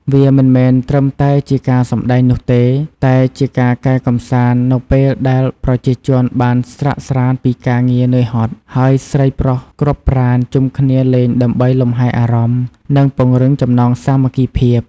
វាមិនមែនត្រឹមតែជាការសម្តែងនោះទេ តែជាការកែកម្សាន្តនៅពេលដែលប្រជាជនបានស្រាកស្រាន្តពីការងារហត់នឿយ ហើយស្រីប្រុសគ្រប់ប្រាណជុំគ្នាលេងដើម្បីលំហែអារម្មណ៍ និងពង្រឹងចំណងសាមគ្គីភាព។